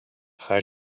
how